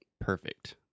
Perfect